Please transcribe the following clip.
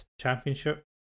championship